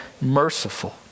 merciful